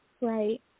Right